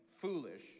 foolish